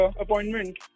appointment